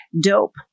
Dope